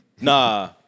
Nah